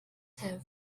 have